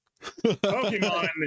Pokemon